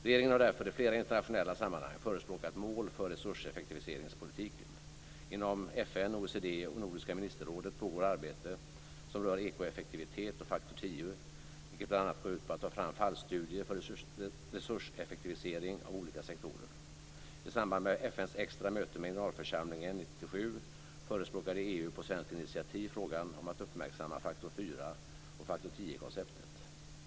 Regeringen har därför i flera internationella sammanhang förespråkat mål för resurseffektiviseringspolitiken. Inom FN, OECD och Nordiska ministerrådet pågår arbete som rör ekoeffektivitet och faktor tio, vilket bl.a. går ut på att ta fram fallstudier för resurseffektivisering av olika sektorer. I samband med FN:s extra möte med generalförsamlingen 1997 förespråkade EU på svenskt initiativ frågan om att uppmärksamma faktor fyra och faktor tio-konceptet.